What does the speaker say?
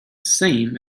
same